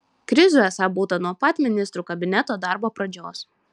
krizių esą būta nuo pat ministrų kabineto darbo pradžios